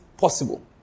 possible